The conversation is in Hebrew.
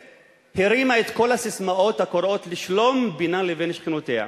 הרימה את כל הססמאות הקוראות לשלום בינה לבין שכנותיה.